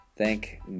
Thank